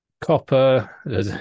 Copper